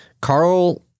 Carl